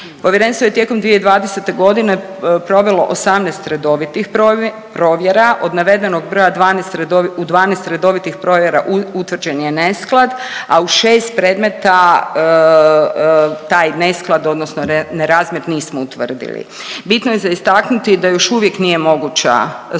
Povjerenstvo je tijekom 2020.g. provelo 18 redovitih provjera, od navedenog broja 12 redovi…, u 12 redovitih provjera utvrđen je nesklad, a u 6 predmeta taj nesklad odnosno nerazmjer nismo utvrdili. Bitno je za istaknuti da još uvijek nije moguća sustavna